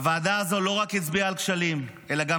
הוועדה הזו לא רק הצביעה על כשלים אלא גם